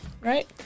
Right